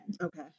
Okay